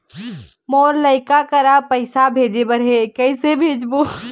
मोर लइका करा पैसा भेजें बर हे, कइसे भेजबो?